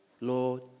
lord